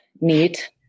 neat